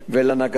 ולנגדים.